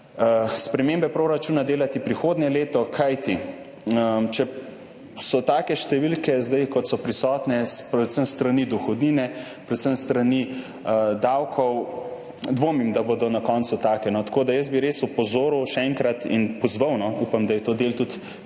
spremembe proračuna delati prihodnje leto. Kajti če so take številke, kot so zdaj prisotne predvsem s strani dohodnine, predvsem s strani davkov, dvomim, da bodo na koncu take. Tako da jaz bi res še enkrat opozoril in pozval, upam, da je to del tudi